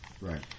Right